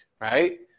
right